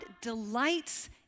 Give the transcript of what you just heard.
delights